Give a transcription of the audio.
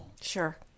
Sure